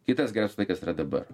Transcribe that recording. kitas geras laikas yra dabar